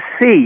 see